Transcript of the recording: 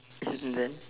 and then